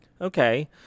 okay